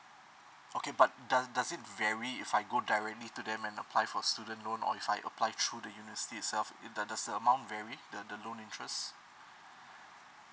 okay but but does it vary if I go directly to them and apply for student loan or if I apply through the university itself does does the amount vary the the loan interest